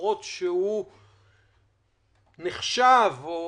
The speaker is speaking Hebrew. למרות שהוא נחשב או